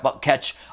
catch